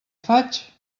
faig